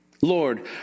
Lord